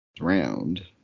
round